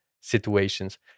situations